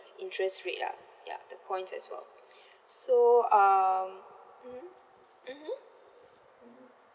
interest rate lah ya the points as well so um mmhmm mmhmm